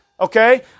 okay